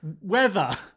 Weather